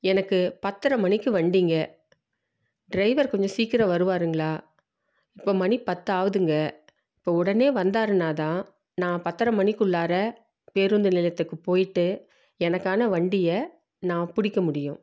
எனக்கு பத்தரை மணிக்கு வண்டிங்க ட்ரைவர் கொஞ்சம் சீக்கரம் வருவாருங்களா இப்போ மணி பத்தாவதுங்க இப்போ உடனே வந்தாருன்னா தான் நான் பத்தரை மணிக்குள்ளாற பேருந்து நிலையத்துக்கு போயிட்டு எனக்கான வண்டியை நான் பிடிக்க முடியும்